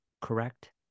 correct